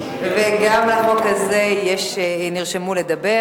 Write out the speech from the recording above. גם לחוק הזה נרשמו לדבר.